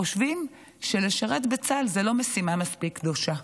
חושבים שלשרת בצה"ל זה לא משימה מספיק קדושה,